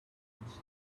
changed